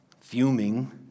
Fuming